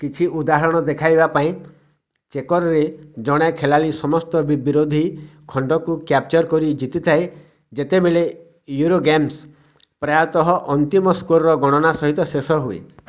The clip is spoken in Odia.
କିଛି ଉଦାହରଣ ଦେଖାଇବା ପାଇଁ ଚେକର୍ରେ ଜଣେ ଖେଲାଳି ସମସ୍ତ ବିରୋଧୀ ଖଣ୍ଡକୁ କ୍ୟାପଚର୍ କରି ଜିତିଥାଏ ଯେତେବେଳେ ୟୁରୋ ଗେମ୍ସ୍ ପ୍ରାୟତଃ ଅନ୍ତିମ ସ୍କୋର୍ର ଗଣନା ସହିତ ଶେଷ ହୁଏ